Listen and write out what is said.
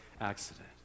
accident